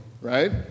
right